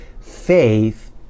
faith